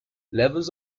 levels